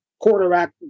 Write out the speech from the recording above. quarterback